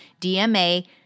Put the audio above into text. DMA